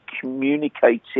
communicating